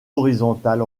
horizontale